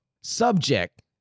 subject